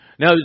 Now